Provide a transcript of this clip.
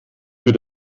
für